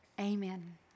Amen